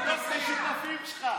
תבדוק את השותפים שלך.